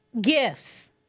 Gifts